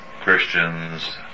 Christians